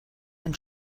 and